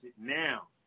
now